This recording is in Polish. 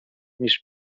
niż